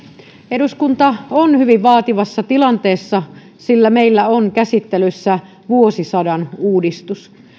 eduskunta on hyvin vaativassa tilanteessa sillä meillä on käsittelyssä vuosisadan uudistus